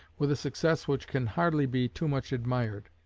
with a success which can hardly be too much admired.